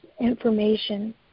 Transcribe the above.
information